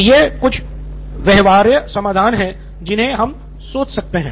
तो ये कुछ व्यवहार्य समाधान हैं जिन्हें हम सोच सकते हैं